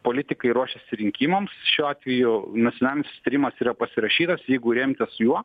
politikai ruošiasi rinkimams šiuo atveju nacionalinis susitarimas yra pasirašytas jeigu remtis juo